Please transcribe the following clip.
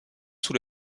sous